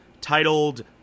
titled